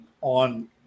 on